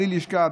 בלי לשכה,